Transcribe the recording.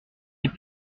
des